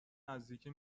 نزدیکه